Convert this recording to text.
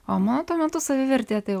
o mano tuo metu savivertė tai